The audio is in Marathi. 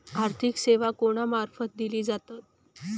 आर्थिक सेवा कोणा मार्फत दिले जातत?